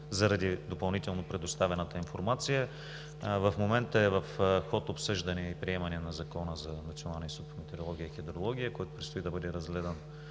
заради допълнително предоставената информация. В момента е в ход обсъждане и приемане на Закона за Националния институт по метеорология и хидрология, който предстои или